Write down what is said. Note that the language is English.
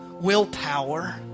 willpower